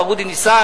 מר אודי ניסן,